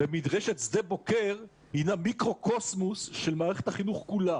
ומדרשת שדה בוקר הינה מיקרו-קוסמוס של מערכת החינוך כולה.